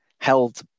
held